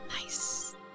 Nice